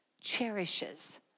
cherishes